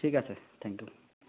ঠিক আছে thank U